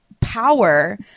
power